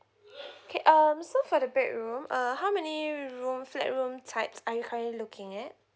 okay um so for the bedroom uh how many room flat room types are you currently looking at